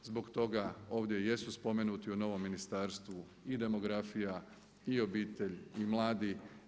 Zbog toga ovdje jesu spomenuti u novom ministarstvu i demografija i obitelj i mladi.